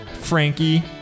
Frankie